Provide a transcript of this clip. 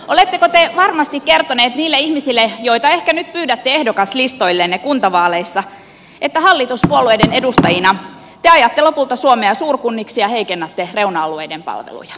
oletteko te varmasti kertoneet niille ihmisille joita ehkä nyt pyydätte ehdokaslistoillenne kuntavaaleissa että hallituspuolueiden edustajina te ajatte lopulta suomea suurkunniksi ja heikennätte reuna alueiden palveluja